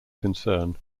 concern